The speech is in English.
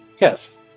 Yes